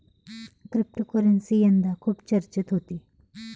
cryptocurrency यंदा खूप चर्चेत होती